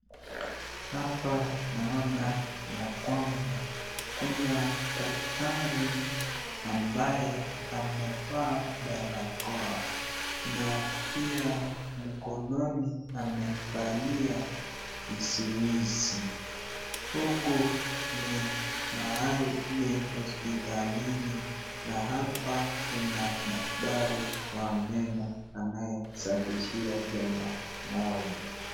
Hapa naona ya kwamba kuna daktari ambaye amevaa barakoa na pia mkononi ameivalia vizuizi huku ni hospitalini na hapa kuna daktari wa meno anayesafishia jamaa moja.